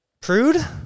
prude